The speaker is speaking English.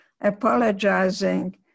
apologizing